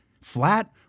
flat